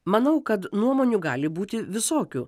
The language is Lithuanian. manau kad nuomonių gali būti visokių